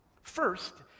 First